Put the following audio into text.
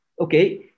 okay